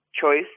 choice